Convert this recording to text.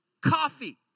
coffee